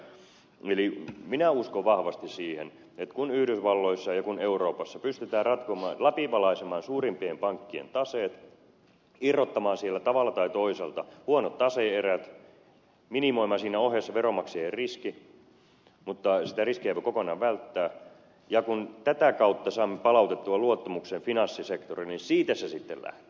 eli minä uskon vahvasti siihen että kun yhdysvalloissa ja kun euroopassa pystytään läpivalaisemaan suurimpien pankkien taseet irrottamaan siellä tavalla tai toisella huonot tase erät minimoimaan siinä ohessa veronmaksajien riski mutta sitä riskiä ei voi kokonaan välttää ja kun tätä kautta saamme palautettua luottamuksen finanssisektoriin niin siitä se sitten lähtee